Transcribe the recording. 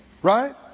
Right